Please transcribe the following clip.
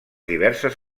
diverses